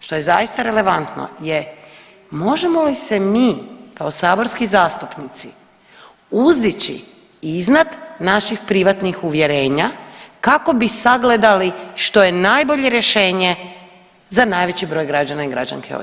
što je zaista relevantno je možemo li se mi kao saborski zastupnici uzdići iznad naših privatnih uvjerenja kako bi sagledali što je najbolje rješenje za najveći broj građana i građanki ove zemlje.